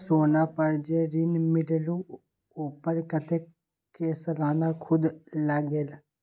सोना पर जे ऋन मिलेलु ओपर कतेक के सालाना सुद लगेल?